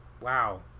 Wow